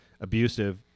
abusive